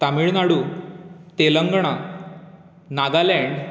Tamil Nadu Telangana Nagaland